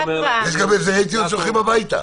גם הסדרי טיעון שהולכים הביתה.